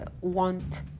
want